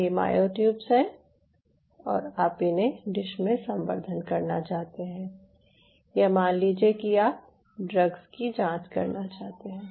ये मायोट्यूब्स हैं और आप इन्हें डिश में संवर्धन करना चाहते हैं या मान लीजिये कि आप ड्रग्स की जांच करना चाहते हैं